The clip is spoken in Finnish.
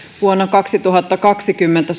vuonna kaksituhattakaksikymmentä